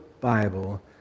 Bible